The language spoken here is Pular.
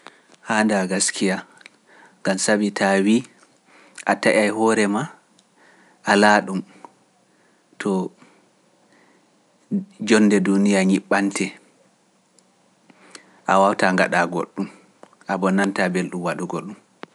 Haa ndaaga sikiya, ngam sabi taa wii a taƴa e hoore maa alaa ɗum to jonde duuniya nyiɓante, a wawta ngaɗa goɗɗum, a bonanta belɗum waɗugo ɗum.